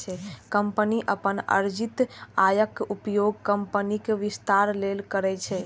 company अपन अर्जित आयक उपयोग कंपनीक विस्तार लेल करै छै